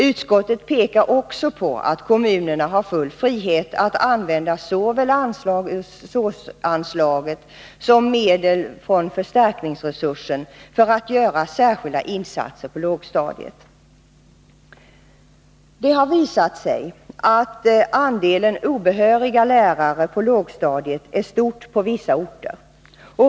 Utskottet pekar också på att kommunerna har full frihet att använda såväl anslag ur SÅS-anslaget som medel från förstärkningsresursen för att göra särskilda insatser på lågstadiet. Det har visat sig att andelen obehöriga lärare på lågstadiet är stor på vissa orter.